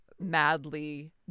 madly